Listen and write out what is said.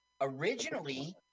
originally